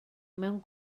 mewn